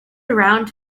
around